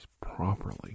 properly